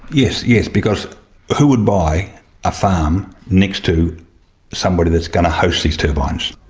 yes, yes, because who would buy a farm next to somebody that's going to host these turbines?